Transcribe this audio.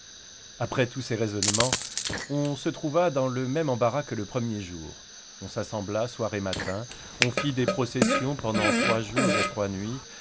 après tous ces raisonnemens on se trouva dans le même embarras que le premier jour on s'assembla soir et matin on fit des processions pendant trois jours et trois nuits